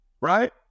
right